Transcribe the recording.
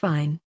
Fine